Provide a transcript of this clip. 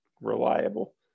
reliable